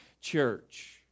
church